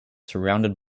surrounded